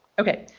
okay,